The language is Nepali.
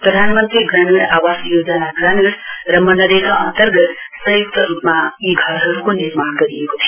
प्रधानमन्त्री ग्रामीण आवास योजना ग्रामीण र मनरेगा अन्तर्गत संय्क्त रुपमा यी घरहरुको निर्माण गरिएको थियो